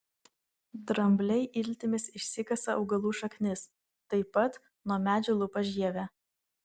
drambliai iltimis išsikasa augalų šaknis taip pat nuo medžių lupa žievę